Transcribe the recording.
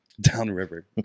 Downriver